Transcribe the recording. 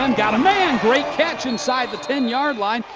um got a man. great catch, inside the ten yard line.